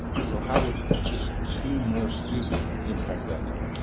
so how would just two more students impact that number?